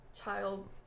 child